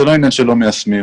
זה לא עניין שלא מיישמים.